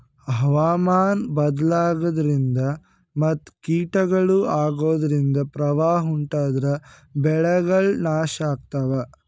ಹವಾಮಾನ್ ಬದ್ಲಾಗದ್ರಿನ್ದ ಮತ್ ಕೀಟಗಳು ಅಗೋದ್ರಿಂದ ಪ್ರವಾಹ್ ಉಂಟಾದ್ರ ಬೆಳೆಗಳ್ ನಾಶ್ ಆಗ್ತಾವ